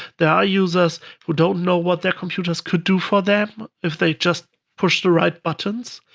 there are users who don't know what their computers could do for them if they just pushed the right buttons.